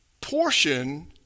portion